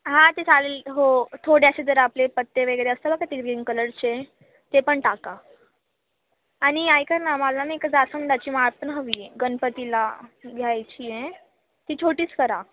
हां ते चालेल हो थोडे असे जर आपले पत्ते वगैरे असतं ना का ते ग्रीन कलरचे ते पण टाका आणि ऐका ना मला नाही एक जास्वंदाची माळ पण हवी आहे गणपतीला घ्यायची आहे ती छोटीच करा